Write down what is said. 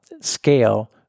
scale